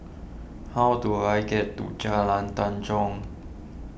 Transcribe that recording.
how do I get to Jalan Tanjong